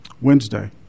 Wednesday